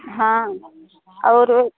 हाँ और